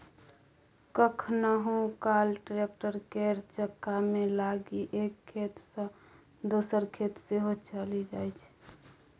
कखनहुँ काल टैक्टर केर चक्कामे लागि एक खेत सँ दोसर खेत सेहो चलि जाइ छै